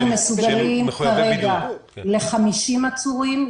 אנחנו ערוכים כרגע ל-50 עצורים.